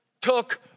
took